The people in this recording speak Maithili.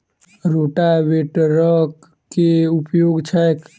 रोटावेटरक केँ उपयोग छैक?